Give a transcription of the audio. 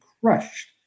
crushed